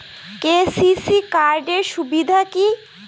KCC card এর সুবিধা কি?